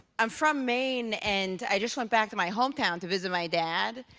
i'm from maine, and i just went back to my home town to visit my dad.